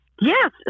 Yes